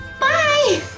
Bye